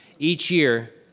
each year,